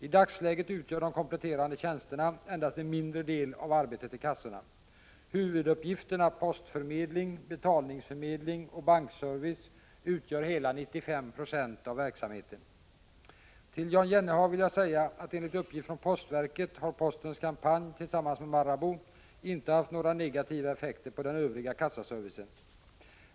I dagsläget utgör de kompletterande tjänsterna endast en mindre del av arbetet i kassorna. Huvuduppgifterna postförmedling, betalningsförmedling och bankservice utgör hela 95 96 av verksamheten. Till Jan Jennehag vill jag säga att enligt uppgift från postverket har postens kampanj tillsammans med Marabou inte haft några negativa effekter på den övriga kassaservicen.